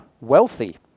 wealthy